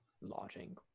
lodging